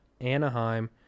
Anaheim